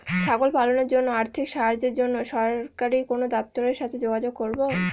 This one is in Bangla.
ছাগল পালনের জন্য আর্থিক সাহায্যের জন্য সরকারি কোন দপ্তরের সাথে যোগাযোগ করব?